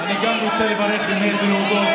איזה תקציב אתם מעבירים?